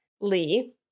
Lee